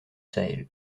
sahel